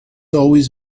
always